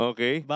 Okay